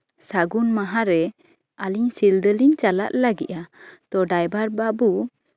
ᱥᱟᱹᱜᱩᱱ ᱢᱟᱦᱟᱨᱮ ᱟᱹᱞᱤᱧ ᱥᱤᱞᱫᱟᱹ ᱞᱤᱧ ᱪᱟᱞᱟᱜ ᱞᱟᱜᱤᱜᱼᱟ ᱛᱚ ᱰᱨᱟᱭᱵᱷᱟᱨ ᱵᱟᱹᱵᱩ